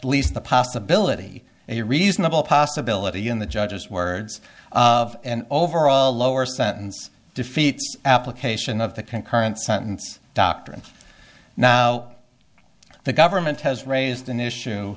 least the possibility a reasonable possibility in the judge's words of an overall lower sentence defeats application of the concurrent sentence doctrine now the government has raised an issue